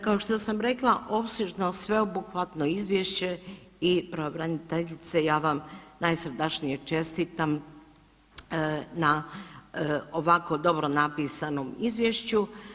Kao što sam rekla, opsežno, sveobuhvatno izvješće i pravobraniteljice, ja vam najsrdačnije čestitam na ovako dobro napisanom izvješću.